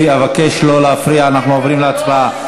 אבקש לא להפריע בהצבעה.